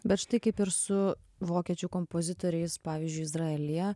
bet štai kaip ir su vokiečių kompozitoriais pavyzdžiui izraelyje